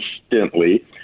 instantly